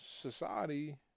society